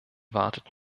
wartet